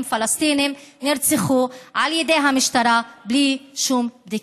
פלסטינים נרצחו על ידי המשטרה בלי שום בדיקה.